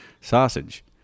sausage